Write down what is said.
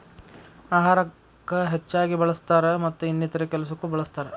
ಅಹಾರಕ್ಕ ಹೆಚ್ಚಾಗಿ ಬಳ್ಸತಾರ ಮತ್ತ ಇನ್ನಿತರೆ ಕೆಲಸಕ್ಕು ಬಳ್ಸತಾರ